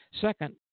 Second